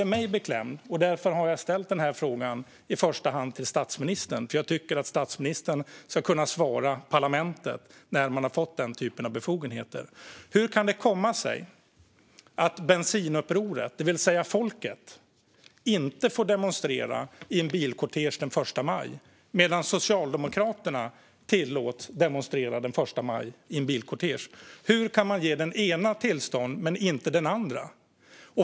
Eftersom det gör mig beklämd har jag ställt en fråga till i första hand statsministern, eftersom jag tycker att statsministern ska kunna svara parlamentet när man har fått den typen av befogenheter. Hur kan det komma sig att Bensinupproret, det vill säga folket, inte får demonstrera i en bilkortege på första maj, medan Socialdemokraterna tillåts demonstrera i en bilkortege på första maj? Hur kan man ge den ena tillstånd men inte den andra?